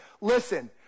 Listen